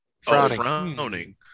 frowning